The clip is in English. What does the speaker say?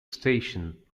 station